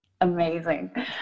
Amazing